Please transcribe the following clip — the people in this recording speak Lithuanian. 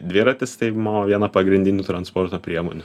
dviratis tai mano viena pagrindinių transporto priemonių